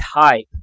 type